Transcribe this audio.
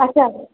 اَچھا